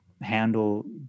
handle